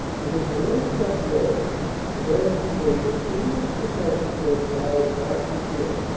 it is a one-track road and as we wait an endless procession goes by of marching men,